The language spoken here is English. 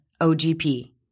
OGP